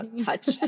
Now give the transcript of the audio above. touch